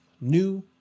new